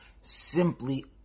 simply